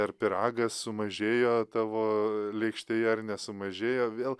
ar pyragas sumažėjo tavo lėkštėje ar nesumažėjo vėl